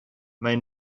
may